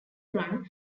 run